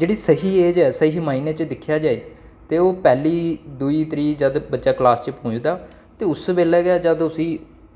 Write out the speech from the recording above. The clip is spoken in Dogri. जेह्ड़ी स्हेई ऐज ऐ स्हेई माहिने च दिक्खेआ जाऽ ते ओह् पैह्ली दूई त्रीऽ जद बच्चा क्लास च पुजदा ते उस बेल्लै गै जद उस्सी